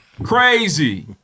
Crazy